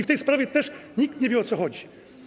W tej sprawie też nikt nie wie, o co chodzi.